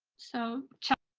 so check.